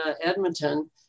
Edmonton